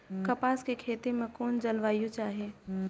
कपास के खेती में कुन जलवायु चाही?